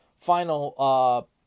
final